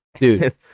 Dude